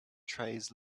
trays